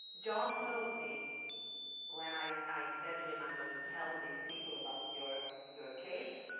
john told me when i i said to him i'm going to tell these people about your your case,